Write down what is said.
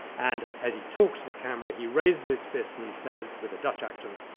and as he talks to the camera he raises his fist and he says, with a dutch accent,